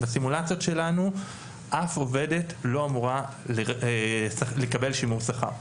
בסימולציות שלנו אף עובדת לא אמורה לקבל שימור שכר,